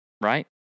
Right